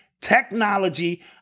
Technology